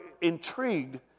intrigued